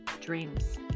dreams